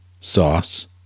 sauce